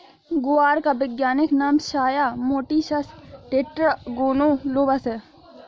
ग्वार का वैज्ञानिक नाम साया मोटिसस टेट्रागोनोलोबस है